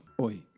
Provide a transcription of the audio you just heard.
Oi